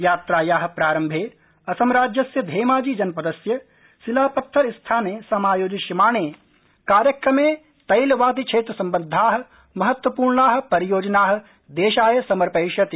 यात्राया प्रारम्भे असमराज्यस्य धेमाजी जनपदस्य सिलापत्थरस्थाने समायोजिष्यमाणे कार्यक्रमे तैलवातिक्षेत्रसम्बद्धा महत्वपूर्णा परियोजना देशाय समर्पयिष्यति